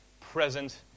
present